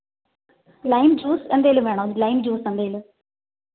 lime juice എന്തെങ്കിലും വേണോ lime ജ്യൂസെന്തെങ്കിലും